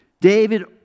David